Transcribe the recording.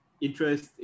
interest